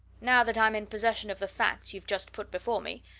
now that i'm in possession of the facts you've just put before me,